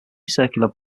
circular